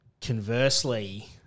conversely